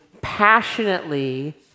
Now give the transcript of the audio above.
passionately